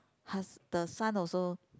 hus~ the son also